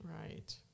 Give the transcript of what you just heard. Right